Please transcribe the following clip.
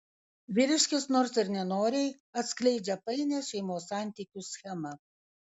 vyriškis nors ir nenoriai atskleidžia painią šeimos santykių schemą